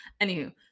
Anywho